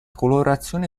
colorazione